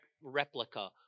replica